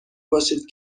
باشید